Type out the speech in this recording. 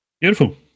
Beautiful